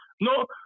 no